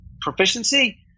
proficiency